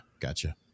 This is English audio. gotcha